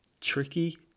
tricky